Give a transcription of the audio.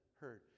heard